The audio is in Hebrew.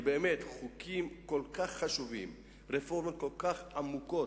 יש חוקים כל כך חשובים ורפורמות כל כך עמוקות,